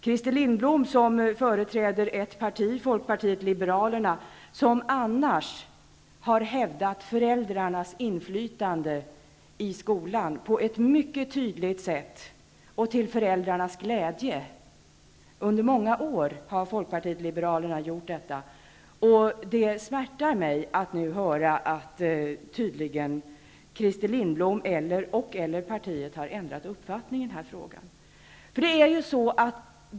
Christer Lindblom företräder ett parti, Folkpartiet liberalerna, som annars har hävdat föräldrarnas rätt till inflytande i skolan på ett mycket tydligt sätt och till föräldrarnas glädje. Under många år har Folkpartiet liberalerna gjort detta. Det smärtar mig att nu höra att Christer Lindblom och/eller partiet tydligen har ändrat uppfattning i den här frågan.